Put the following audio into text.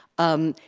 um,